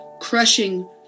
crushing